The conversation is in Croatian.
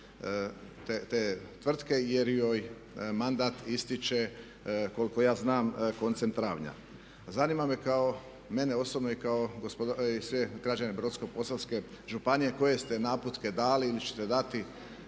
te tvrtke jer joj mandat ističe, koliko ja znam koncem travnja. Zanima me kao, mene osobno i kako sve građane Brodsko-posavske županije koje ste naputke dali ili ćete dati